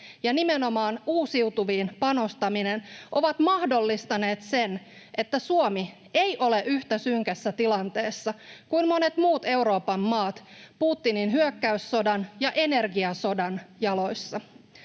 ja nimenomaan uusiutuviin panostaminen ovat mahdollistaneet sen, että Suomi ei ole yhtä synkässä tilanteessa kuin monet muut Euroopan maat Putinin hyökkäyssodan ja energiasodan jaloissa.